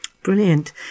Brilliant